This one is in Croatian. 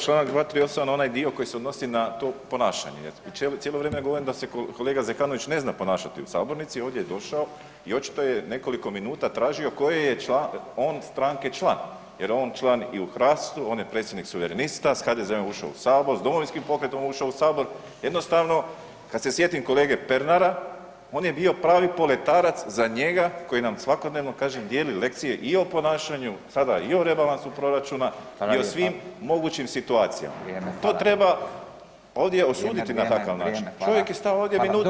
Članak 238. na onaj dio koji se odnosi na to ponašanje jer cijelo vrijeme govorim da se kolega Zekanović ne zna ponašati u sabornici, ovdje je došao i očito je nekoliko minuta tražio koje je on stranke član, jer je on član i u Hrastu, on predsjednik suverenista, s HDZ-om je ušao u sabor, s Domovinskim pokretom je ušao u sabor, jednostavno kad se sjetim kolege Pernara on je bio pravi poletarac za njega koji nam svakodnevno kažem dijeli lekcije i o ponašanju, sada i o rebalansu proračuna i o svim mogućim situacija [[Upadica: Vrijeme, hvala.]] to treba ovdje osuditi na takav način, čovjek je stajao ovdje minutu.